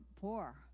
poor